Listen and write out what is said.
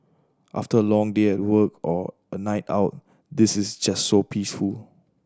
after a long day at work or a night out this is just so peaceful